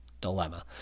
dilemma